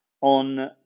on